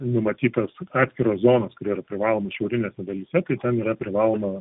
numatytos atskiros zonos kur yra privaloma šiaurinėse dalyse tai ten yra privaloma